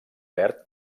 verd